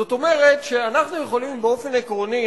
זאת אומרת שאנחנו יכולים באופן עקרוני,